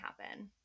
happen